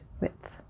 width